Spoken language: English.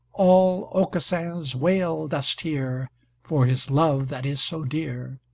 all aucassin's wail dost hear for his love that is so dear,